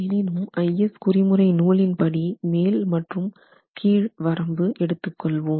எனினும் IS குறிமுறை நூலின் படி மேல் மற்றும் கீழ் வரம்பு எடுத்துக் கொள்வோம்